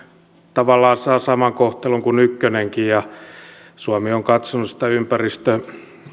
tavallaan saa saman kohtelun kuin ykkönenkin ja suomi on katsonut sitä ympäristö